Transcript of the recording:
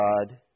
God